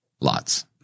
Lots